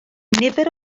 nifer